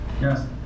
yes